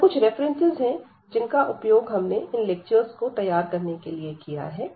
यह कुछ रेफरेंसेस हैं जिनका उपयोग हमने इन लेक्चर्स को तैयार करने के लिए किया है